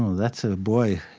that's a boy.